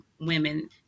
women